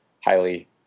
highly